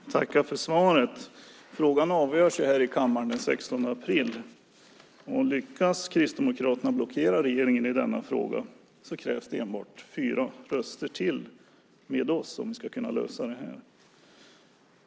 Herr talman! Jag tackar för svaret. Frågan avgörs här i kammaren den 16 april. Lyckas Kristdemokraterna blockera regeringen i denna fråga krävs det enbart fyra röster till med oss om vi ska kunna lösa det här.